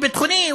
או ביטחוני,